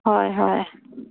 হয় হয়